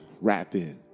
rapping